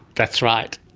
that's right,